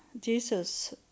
Jesus